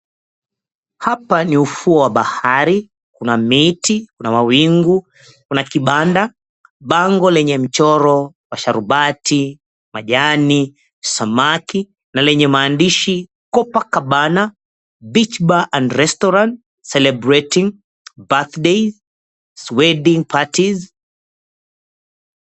Hapa ni ufuo wa bahari. Kuna miti , kuna mawingu, kuna kibanda, bango lenye mchoro wa sharubati, majani, samaki na lenye maandishi, COPACABANA BEACH BAR & RESTARANT CELEBRATING BIRTHDAYS, WEDDING PARTIES .